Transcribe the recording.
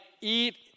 eat